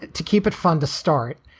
to keep it fun to start.